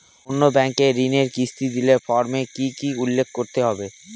অন্য ব্যাঙ্কে ঋণের কিস্তি দিলে ফর্মে কি কী উল্লেখ করতে হবে?